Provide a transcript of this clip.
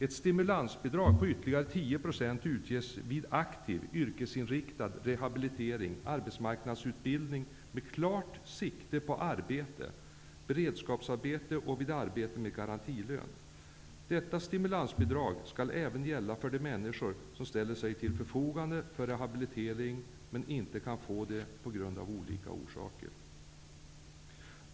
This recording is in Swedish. Ett stimulansbidrag på ytterligare 10 % utges vid aktiv, yrkesinriktad rehabilitering, arbetsmarknadsutbildning med klart sikte på arbete, beredskapsarbete och arbete med garantilön. Detta stimulansbidrag skall gälla även för de människor som ställer sig till förfogande för rehabilitering men inte kan få det av olika orsaker.